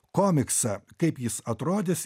komiksą kaip jis atrodys